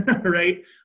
right